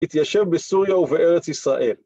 התיישב בסוריה ובארץ ישראל